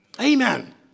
Amen